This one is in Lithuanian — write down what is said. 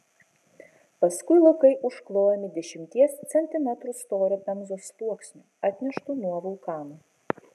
paskui laukai užklojami dešimties centimetrų storio pemzos sluoksniu atneštu nuo vulkano